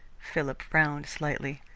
philip frowned slightly.